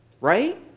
right